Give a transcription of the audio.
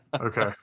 Okay